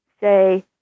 say